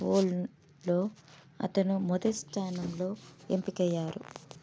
వరల్డ్లో అతను మొదటి స్థానంలో ఎంపికయ్యారు